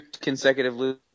consecutive